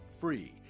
free